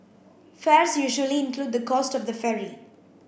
fares usually include the cost of the ferry